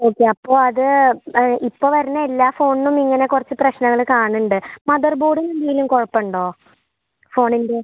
okay അപ്പോൾ അത് ഇപ്പോൾ വരുന്ന എല്ലാ ഫോണിനും ഇങ്ങനെ കുറച്ച് പ്രശ്നങ്ങൾ കാണുണ്ട് മദർ ബോർഡിനെന്തേലും കുഴപ്പമുണ്ടോ ഫോണിൻ്റെ